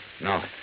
No